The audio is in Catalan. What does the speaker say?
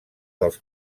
dels